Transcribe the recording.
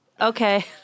okay